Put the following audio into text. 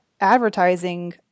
advertising